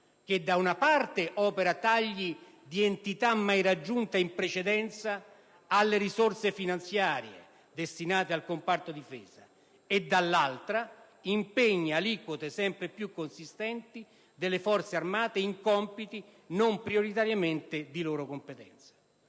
che da una parte opera tagli di entità mai raggiunta in precedenza alle risorse finanziarie destinate al comparto difesa, e dall'altra impegna aliquote sempre più consistenti delle Forze armate in compiti non prioritariamente di loro competenza.